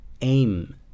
aim